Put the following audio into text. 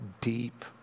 deep